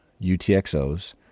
UTXOs